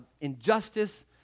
injustice